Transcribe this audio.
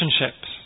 relationships